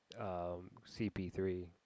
CP3